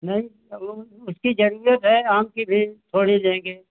नहीं उसकी ज़रूरत है आम की भी थोड़ी लेंगे